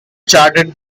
charted